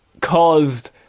caused